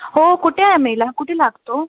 हो कुठे आहे मेला कुठे लागतो